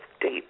date